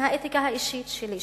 מהאתיקה האישית שלי,